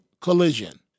collision